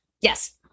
Yes